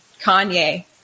Kanye